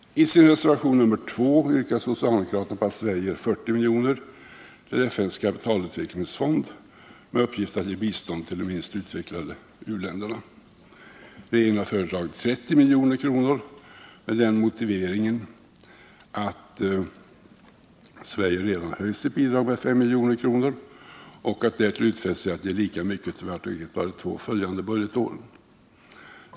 I sin reservation nr 2 yrkar socialdemokraterna att Sverige skall ge 40 milj.kr. till FN:s kapitalutvecklingsfond med uppgift att ge bistånd till de minst utvecklade u-länderna. Regeringen har föreslagit 30 milj.kr., med den motiveringen att Sverige därmed höjt sitt bidrag med 5 milj.kr. och därtill utfäst sig att ge lika mycket för vart och ett av de två följande budgetåren.